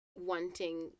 wanting